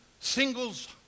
singles